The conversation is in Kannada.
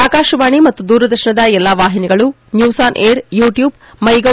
ಆಕಾಶವಾಣಿ ಮತ್ತು ದೂರದರ್ಶನದ ಎಲ್ಲಾ ವಾಹಿನಿಗಳು news on air YouTube my gov